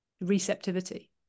receptivity